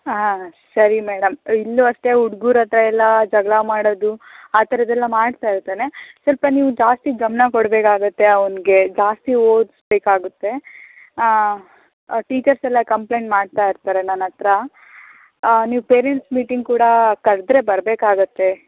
ಹಾಂ ಸರಿ ಮೇಡಮ್ ಇಲ್ಲೂ ಅಷ್ಟೆ ಹುಡ್ಗರತ್ರ ಎಲ್ಲ ಜಗಳ ಮಾಡೋದು ಆ ಥರದ್ದೆಲ್ಲ ಮಾಡ್ತಾ ಇರ್ತಾನೆ ಸ್ವಲ್ಪ ನೀವು ಜಾಸ್ತಿ ಗಮನ ಕೊಡಬೇಕಾಗತ್ತೆ ಅವ್ನಿಗೆ ಜಾಸ್ತಿ ಓದ್ಸ್ಬೇಕಾಗುತ್ತೆ ಟೀಚರ್ಸೆಲ್ಲ ಕಂಪ್ಲೇಂಟ್ ಮಾಡ್ತಾಯಿರ್ತಾರೆ ನನ್ನ ಹತ್ರ ನೀವು ಪೇರೆಂಟ್ಸ್ ಮೀಟಿಂಗ್ ಕೂಡ ಕರೆದ್ರೆ ಬರಬೇಕಾಗತ್ತೆ